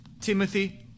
Timothy